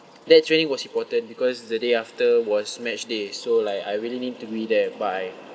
that training was important because the day after was match day so like I really need to be there but I